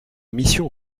mission